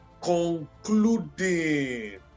concluding